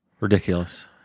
Ridiculous